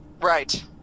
right